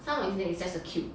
some of it is just a cube